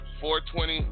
420